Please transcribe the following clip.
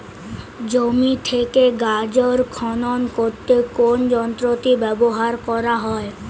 জমি থেকে গাজর খনন করতে কোন যন্ত্রটি ব্যবহার করা হয়?